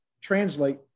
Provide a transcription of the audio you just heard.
translate